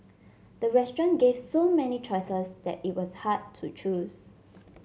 the restaurant gave so many choices that it was hard to choose